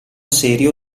serio